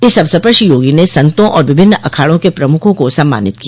इस अवसर पर श्री योगी ने संतों और विभिन्न अखाड़ों के प्रमुखों को सम्मानित किया